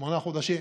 שמונה חודשים,